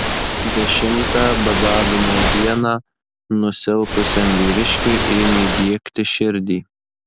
dešimtą badavimo dieną nusilpusiam vyriškiui ėmė diegti širdį